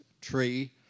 tree